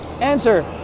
Answer